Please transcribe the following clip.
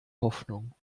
hoffnung